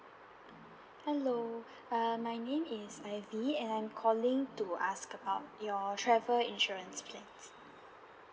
hello ah my name is ivy and I'm calling to ask about your travel insurance plans